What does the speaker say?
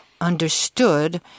understood